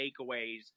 takeaways